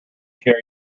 care